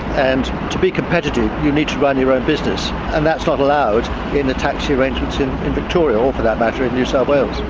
and to be competitive you need to run your own business and that's not allowed in the taxi arrangements in victoria, or for that matter in new south wales.